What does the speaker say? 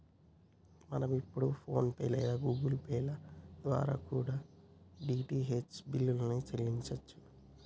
మనం ఇప్పుడు PhonePe లేదా గుగుల్ పే ల ద్వారా కూడా డీ.టీ.హెచ్ బిల్లుల్ని చెల్లించచ్చు